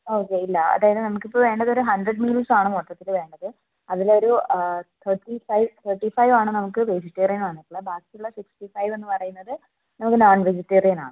okay ഇല്ല അതായത് നമുക്ക് ഇപ്പോൾ വേണ്ടത് ഒരു ഹൺഡ്രഡ് മീൽസ് ആണ് മൊത്തത്തിൽ വേണ്ടത് അതിലൊരു തേർട്ടി ഫൈവ് തേർട്ടി ഫൈവ് ആണ് നമുക്ക് വെജിറ്റേറിയൻ ഉള്ളത് ബാക്കിയുള്ള സിക്സ്റ്റി ഫൈവ് എന്ന് പറയുന്നത് നമുക്ക് നോൺ വെജിറ്റേറിയൻ ആണ്